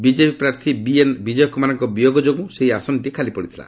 BJP ପ୍ରାର୍ଥୀ B N ବିଜୟକୁମାରଙ୍କ ବିୟୋଗ ଯୋଗୁଁ ସେହି ଆସନଟି ଖାଲିପଡ଼ିଥିଲା